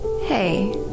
Hey